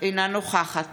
אינה נוכחת